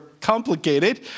complicated